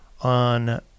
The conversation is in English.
on